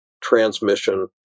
transmission